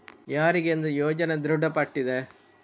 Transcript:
ಯಾರಿಗೆಂದು ಯೋಜನೆ ದೃಢಪಟ್ಟಿದೆ?